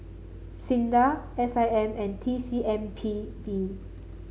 SINDA S I M and T C M P B